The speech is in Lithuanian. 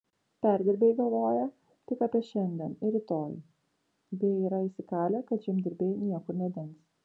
perdirbėjai galvoja tik apie šiandien ir rytoj bei yra įsikalę kad žemdirbiai niekur nedings